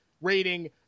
rating